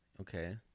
okay